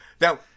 Now